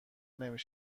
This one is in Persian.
نمی